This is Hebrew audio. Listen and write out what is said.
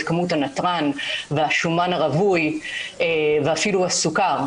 כמות הנתרן והשומן הרווי ואפילו הסוכר,